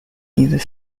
either